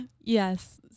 Yes